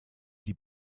die